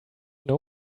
know